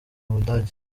budage